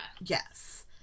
Yes